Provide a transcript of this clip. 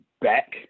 back